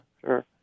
Sure